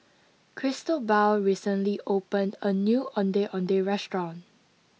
Cristobal recently opened a new Ondeh Ondeh restaurant